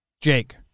Jake